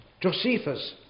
Josephus